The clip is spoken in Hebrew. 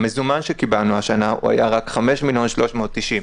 המזומן שקיבלנו השנה היה רק 5 מיליון ו-390,000.